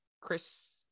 Chris